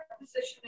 position